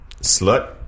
Slut